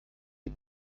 die